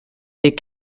des